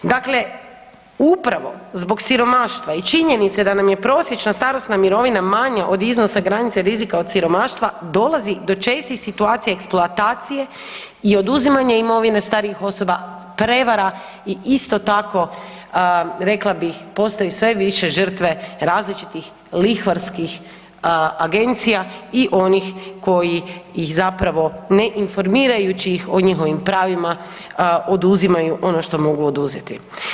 Dakle, upravo zbog siromaštva i činjenice da nam je prosječna starosna mirovina manja od iznosa granice rizika od siromaštva dolazi do čestih situacija eksploatacije i oduzimanja imovine starijih osoba, prevara i isto tako rekla bih postaju sve više žrtve različitih lihvarskih agencija i onih koji ih zapravo ne informirajući ih o njihovim pravima, oduzimaju ono što mogu oduzeti.